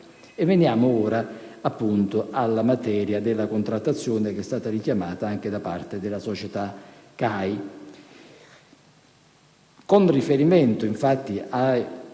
Veniamo ora appunto alla materia della contrattazione, che è stata richiamata anche da parte della società CAI.